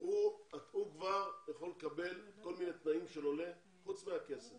הוא כבר יכול לקבל כל מיני תנאים של עולה חוץ מהכסף.